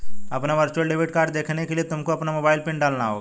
अपना virtual debit card देखने के लिए तुमको अपना मोबाइल पिन डालना होगा